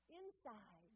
inside